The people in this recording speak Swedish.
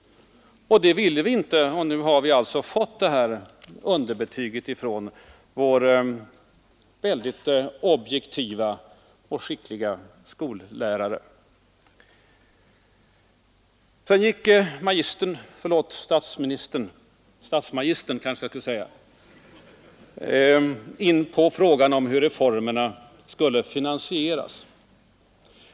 Det vill vi inte, och nu har vi alltså fått det här underbetyget från vår objektiva och skickliga skollärare! Sedan gick magistern — förlåt: statsministern, eller statsmagistern, kanske jag borde säga — in på frågan om hur reformerna skulle finansieras.